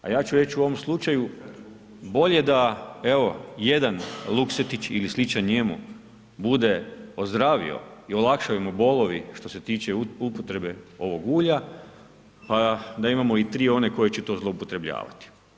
A ja ću reći u ovom slučaju, bolje da evo, jedan Luksetić ili sličan njemu bude ozdravio i olakšali mu bolovi, što se tiče upotrebe ovog ulja, da imamo i 3 oni koji će to zloup9otrebljavati.